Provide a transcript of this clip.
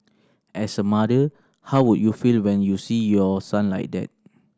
as a mother how would you feel when you see your son like that